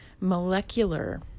molecular